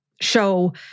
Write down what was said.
show